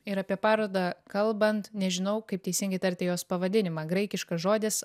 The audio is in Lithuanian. ir apie parodą kalbant nežinau kaip teisingai tarti jos pavadinimą graikiškas žodis